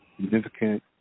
significant